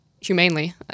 humanely